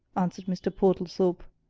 answered mr. portlethorpe,